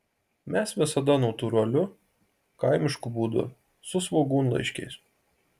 mes visada natūraliu kaimišku būdu su svogūnlaiškiais